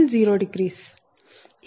కనుక Eg101∠0